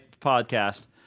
podcast